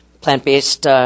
plant-based